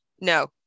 No